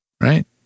right